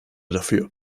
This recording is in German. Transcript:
dafür